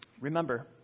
Remember